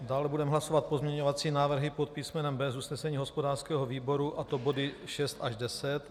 Dále budeme hlasovat pozměňovací návrhy pod písmenem B z usnesení hospodářského výboru, a to body 6 až 10.